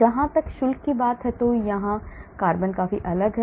जहां तक rate की बात है तो यहां कार्बन काफी अलग है